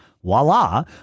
Voila